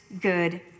good